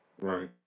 Right